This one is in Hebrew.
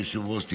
אדוני היושב-ראש,